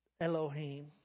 Elohim